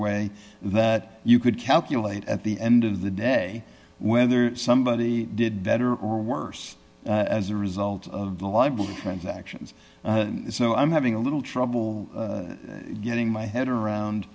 way that you could calculate at the end of the day whether somebody did better or worse as a result of the libel transactions so i'm having a little trouble getting my head around